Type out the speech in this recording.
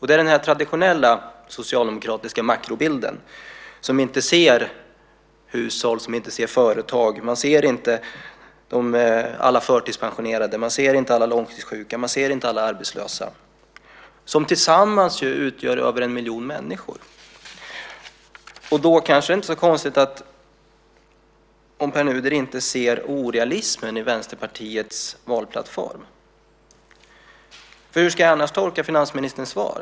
Det är den traditionella socialdemokratiska makrobilden som inte ser hushåll och företag. Man ser inte alla förtidspensionerade, alla långtidssjuka och alla arbetslösa som tillsammans utgör över en miljon människor. Då är det kanske inte så konstigt om Pär Nuder inte ser orealismen i Vänsterpartiets valplattform. Hur ska jag annars tolka finansministerns svar?